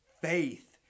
faith